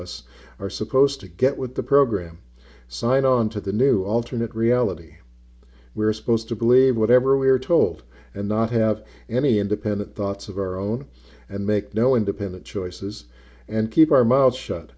us are supposed to get with the program signed on to the new alternate reality we're supposed to believe whatever we are told and not have any independent thoughts of our own and make no independent choices and keep our mouths shut